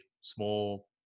small